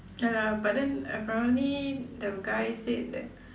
ya lah but then apparently the guy said that